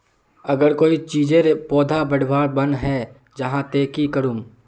अगर कोई चीजेर पौधा बढ़वार बन है जहा ते की करूम?